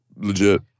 Legit